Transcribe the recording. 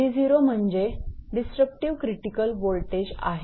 𝑉0 म्हणजे disruptive critical voltage आहे